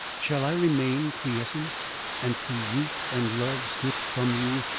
shall i remain quiescent and see youth and love slip from you,